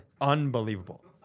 unbelievable